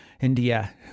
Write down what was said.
India